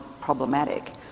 problematic